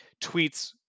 tweets